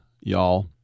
y'all